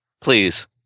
Please